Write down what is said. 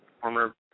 former